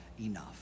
enough